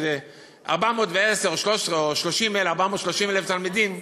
שזה 410,000 או 430,000 תלמידים,